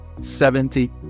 Seventy